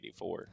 1984